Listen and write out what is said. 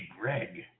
Greg